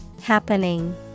Happening